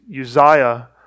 Uzziah